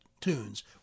tunes